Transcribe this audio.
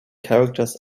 characters